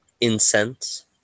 incense